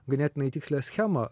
ganėtinai tikslią schemą